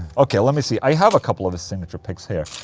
okay, let me see. i have a couple of his signature picks here.